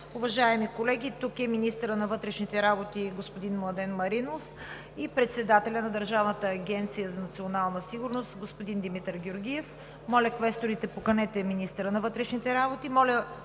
Уважаеми колеги, тук са министърът на вътрешните работи господин Младен Маринов и председателят на Държавна агенция „Национална сигурност“ господин Димитър Георгиев. Моля, квесторите, поканете министъра на вътрешните работи.